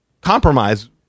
compromise